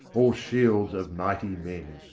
all shields of mighty men.